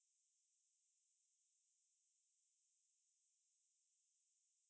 worse ya because when I was in track I didn't